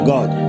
God